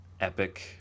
epic